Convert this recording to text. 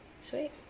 sweet